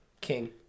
King